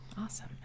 Awesome